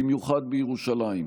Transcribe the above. במיוחד בירושלים.